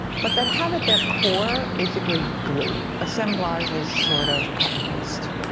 but then, have at their core, basically, glue. assemblage is sort of cut and paste.